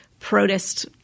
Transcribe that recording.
protist